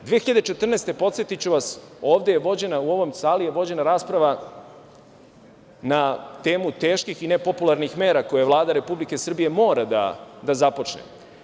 Godine 2014, podsetiću vas, ovde u ovoj sali je vođena rasprava na temu teških i nepopularnih mera koje Vlada Republike Srbije mora da započne.